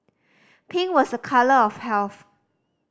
pink was a colour of health